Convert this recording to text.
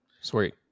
Sweet